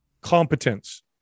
competence